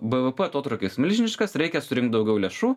bvp atotrūkis milžiniškas reikia surinkt daugiau lėšų